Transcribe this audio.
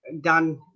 done